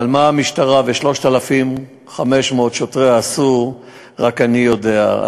אבל מה המשטרה ו-3,500 שוטריה עשו רק אני יודע,